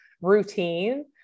routine